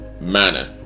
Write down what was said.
manner